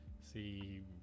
see